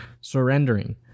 surrendering